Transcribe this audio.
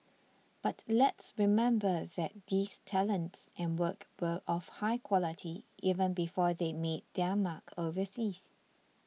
but let's remember that these talents and work were of high quality even before they made their mark overseas